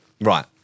Right